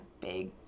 big